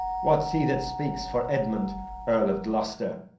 what's he that speaks for edmund earl of gloucester?